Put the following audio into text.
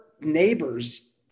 neighbors